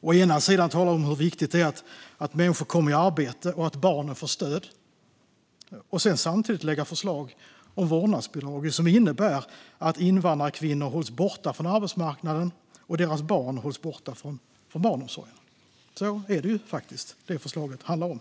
Å ena sidan talar de om hur viktigt det är att människor kommer i arbete och att barnen får stöd, å andra sidan lägger de fram förslag om vårdnadsbidraget som innebär att invandrarkvinnor hålls borta från arbetsmarknaden och att deras barn hålls borta från barnomsorgen. Det är faktiskt det som det förslaget handlar om.